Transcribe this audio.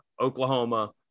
Oklahoma